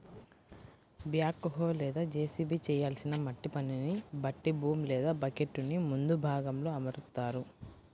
back హో లేదా JCB చేయాల్సిన మట్టి పనిని బట్టి బూమ్ లేదా బకెట్టుని ముందు భాగంలో అమరుత్తారు